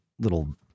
little